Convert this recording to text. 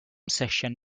section